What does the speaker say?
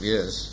Yes